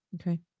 Okay